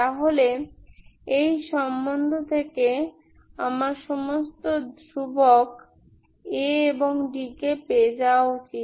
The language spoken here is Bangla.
তাহলে এই সম্বন্ধ থেকে আমার সমস্ত ধ্রুবক A এবং dk পেয়ে যাওয়া উচিত